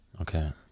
Okay